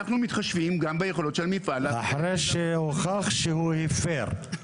אנחנו מתחשבים גם ביכולות של המפעל --- אחרי שהוכח שהוא הפר?